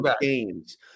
games